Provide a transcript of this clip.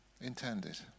intended